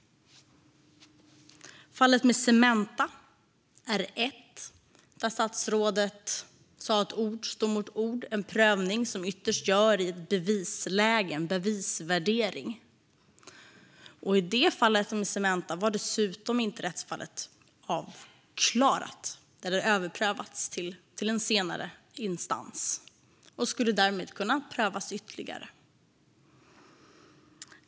Fallet med Cementa är ett. Statsrådet sa att ord står mot ord under en prövning av bevisvärdering. Dessutom hade rättsfallet Cementa inte överprövats i en högre instans och skulle därmed kunnat prövas ytterligare.